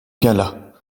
gala